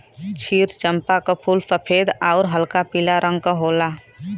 क्षीर चंपा क फूल सफेद आउर हल्का पीला रंग क होला